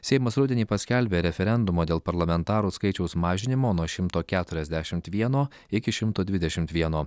seimas rudenį paskelbė referendumą dėl parlamentarų skaičiaus mažinimo nuo šimto keturiasdešimt vieno iki šimto dvidešimt vieno